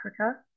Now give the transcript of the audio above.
Africa